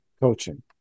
coaching